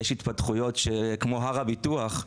יש התפתחויות כמו הר הביטוח,